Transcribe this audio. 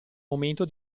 momento